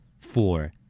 Four